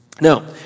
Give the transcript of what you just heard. Now